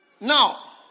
Now